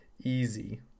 Easy